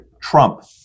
Trump